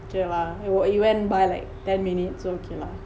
okay lah it wha~ it when by like ten minutes okay lah